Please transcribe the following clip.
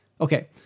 Okay